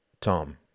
Tom